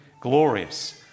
glorious